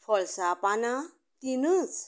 फळसां पानां तिनच